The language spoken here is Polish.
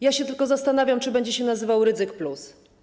Ja się tylko zastanawiam, czy będzie się nazywał Rydzyk+.